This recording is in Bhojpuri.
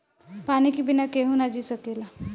पानी के बिना केहू ना जी सकेला